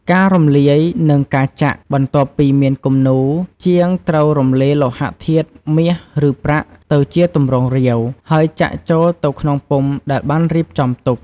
ការរំលាយ និងការចាក់ បន្ទាប់ពីមានគំរូ ជាងត្រូវរំលាយលោហៈធាតុ មាស ឬប្រាក់ ទៅជាទម្រង់រាវ ហើយចាក់ចូលទៅក្នុងពុម្ពដែលបានរៀបចំទុក។